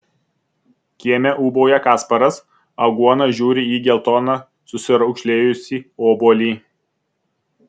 kieme ūbauja kasparas aguona žiūri į geltoną susiraukšlėjusį obuolį